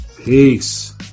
peace